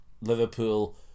Liverpool